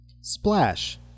Splash